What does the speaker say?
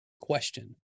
question